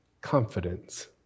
confidence